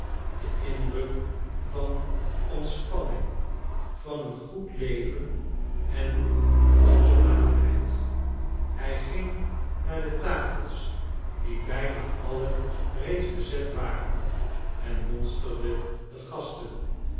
den indruk van ontspanning van een goed leven en van voornaamheid hij ging naar de tafels die bijna alle reeds bezet waren en monsterde de gasten